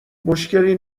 مشکلی